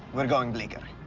we're going bleecker.